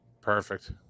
perfect